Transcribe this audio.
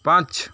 পাঁচ